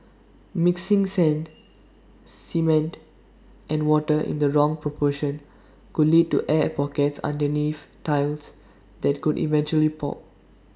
mixing sand cement and water in the wrong proportion could lead to air pockets underneath tiles that could eventually pop